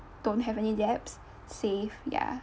don't have any debts save ya